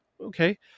okay